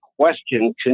question